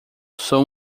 sou